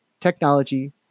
technology